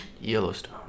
Yellowstone